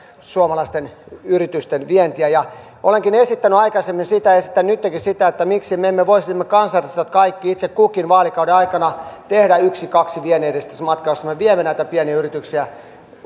suomalaisten yritysten vientiä olenkin esittänyt aikaisemmin sitä ja esitän nyttenkin sitä että miksi me kaikki kansanedustajat emme voisi itse kukin vaalikauden aikana tehdä yksi viiva kaksi vienninedistämismatkaa joilla me viemme näitä pieniä yrityksiä